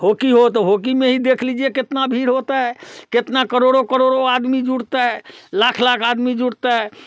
होकी हो तो होकी में ही देख लीजिए कितना भीड़ होता है कितने करोड़ों करोड़ों आदमी जुड़ता है लाख लाख आदमी जुड़ता है